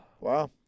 Wow